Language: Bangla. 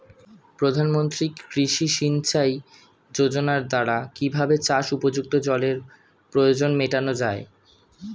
প্রধানমন্ত্রী কৃষি সিঞ্চাই যোজনার দ্বারা কিভাবে চাষ উপযুক্ত জলের প্রয়োজন মেটানো য়ায়?